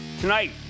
tonight